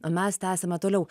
o mes tęsiame toliau